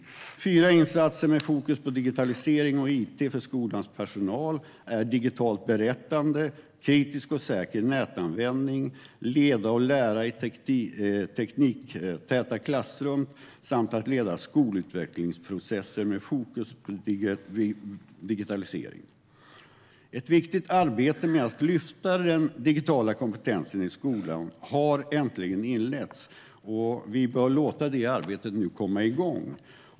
Det är fyra insatser med fokus på digitalisering och it för skolans personal, digitalt berättande, kritisk och säker nätanvändning, att leda och lära i tekniktäta klassrum samt att leda skolutvecklingsprocesser med fokus på digitalisering. Ett viktigt arbete med att lyfta upp den digitala kompetensen i skolan har äntligen inletts, och vi bör låta det arbetet komma igång.